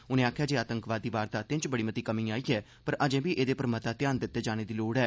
उनें आखेआ जे आतंकवादी वारदातें च बड़ी मती कमी आई ऐ पर अजें बी एहदे पर मता ध्यान दित्ते जाने दी लोड़ ऐ